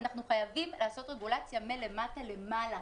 אנחנו חייבים לעשות רגולציה מלמטה למעלה,